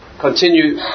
continue